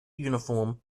uniform